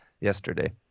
yesterday